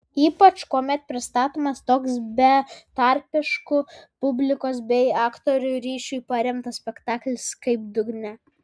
ypač kuomet pristatomas toks betarpišku publikos bei aktorių ryšiu paremtas spektaklis kaip dugne